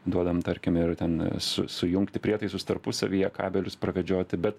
duodam tarkim ir ten su sujungti prietaisus tarpusavyje kabelius pavedžioti bet